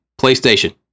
PlayStation